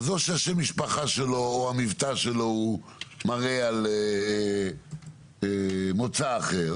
אז או ששם המשפחה שלו או המבטא שלו הוא מראה על מוצא אחר